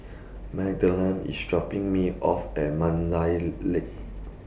Madalyn IS dropping Me off At Mandai Lake